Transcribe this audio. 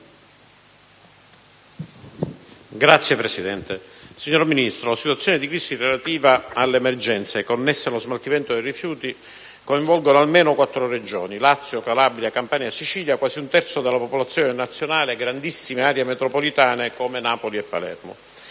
*(PdL)*. Signor Ministro, la situazione di crisi relativa all'emergenza connessa allo smaltimento dei rifiuti coinvolge almeno quattro Regioni: Lazio, Calabria, Campania e Sicilia, quasi un terzo della popolazione nazionale, grandissime aree metropolitane come Napoli e Palermo.